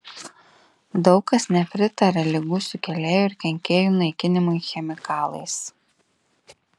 daug kas nepritaria ligų sukėlėjų ir kenkėjų naikinimui chemikalais